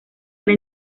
era